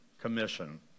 Commission